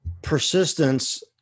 persistence